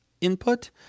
input